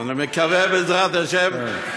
אני מקווה, בעזרת השם.